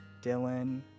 Dylan